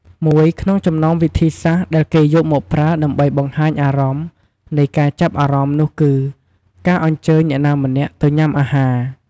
មួយក្នុងចំណោមវិធីសាស្ត្រដែលគេយកមកប្រើដើម្បីបង្ហាញអារម្មណ៍នៃការចាប់អារម្មណ៍នោះគឺ ការអញ្ជើញអ្នកណាម្នាក់ទៅញ៉ាំអាហារ។